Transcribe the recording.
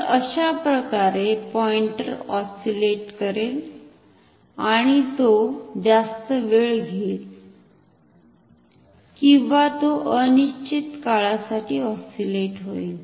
तर अशाप्रकारे pointer oscillate करेल आणि तो जास्त वेळ घेईल किंवा तो अनिश्चित काळासाठी ऑस्सिलेट होईल